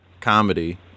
comedy